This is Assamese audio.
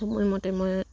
সময়মতে মই